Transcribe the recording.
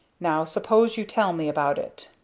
now suppose you tell me about it.